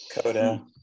Coda